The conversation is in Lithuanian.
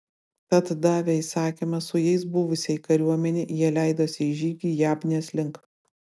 tad davę įsakymą su jais buvusiai kariuomenei jie leidosi į žygį jabnės link